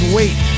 Wait